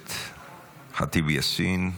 הכנסת ח'טיב יאסין,